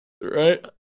Right